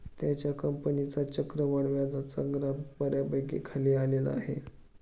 त्याच्या कंपनीचा चक्रवाढ व्याजाचा ग्राफ बऱ्यापैकी खाली आलेला आहे